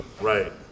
Right